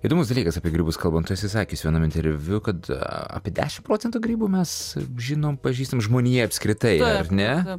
įdomus dalykas apie grybus kalbant tu esi sakius vienam interviu kad apie dešimt procentų grybų mes žinom pažįstam žmonija apskritai ar ne